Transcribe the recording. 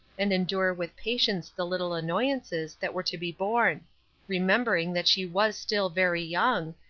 and endure with patience the little annoyances that were to be borne remembering that she was still very young,